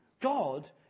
God